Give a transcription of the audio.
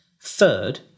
Third